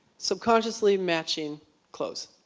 subconsciously matching clothes.